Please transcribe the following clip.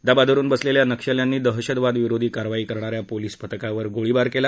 दबा धरुन बसलेल्या नक्षल्यांनी दहशतविरोधी कारवाई करणाऱ्या पोलीस पथकावर गोळीबार केला